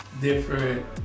different